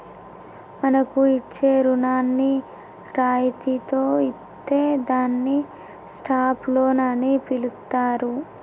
మనకు ఇచ్చే రుణాన్ని రాయితితో ఇత్తే దాన్ని స్టాప్ లోన్ అని పిలుత్తారు